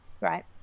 right